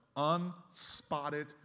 unspotted